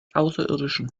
außerirdischen